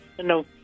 No